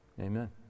Amen